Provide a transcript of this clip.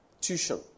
tuition